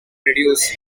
reduce